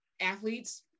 athletes